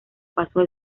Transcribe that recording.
pasos